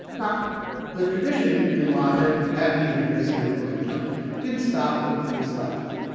now the tradition in logic at the university of queensland didn't stop when priest left.